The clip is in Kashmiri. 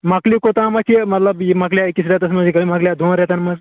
مۄکلہِ کوٚتامَتھ یہِ مطلب یہِ مۄکلہِ یا أکِس رٮ۪تَس منٛز یہِ کٔرِتھ مۄکلہِ یا دۄن رٮ۪تَن منٛز